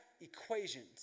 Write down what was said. equations